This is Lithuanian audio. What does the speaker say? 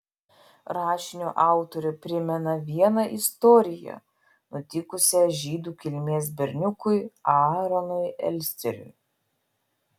rašinio autorė primena vieną istoriją nutikusią žydų kilmės berniukui aaronui elsteriui